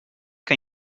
que